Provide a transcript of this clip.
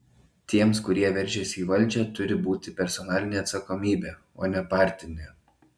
tiems kurie veržiasi į valdžią turi būti personalinė atsakomybė o ne partinė